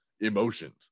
emotions